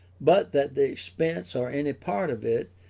but that the expense, or any part of it,